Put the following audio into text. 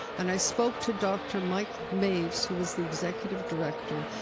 and i spoke to dr. mike maves, who was the executive director.